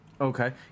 Okay